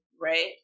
right